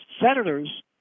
senators